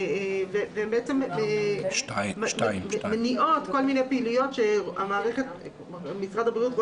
ובעצם מניעות כל מיני פעילויות שמשרד הבריאות,